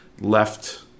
left